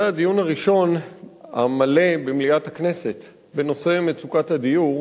זה הדיון הראשון המלא במליאת הכנסת בנושא מצוקת הדיור